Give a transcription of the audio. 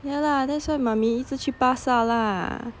yeah lah that's why mommy 一直去巴刹 lah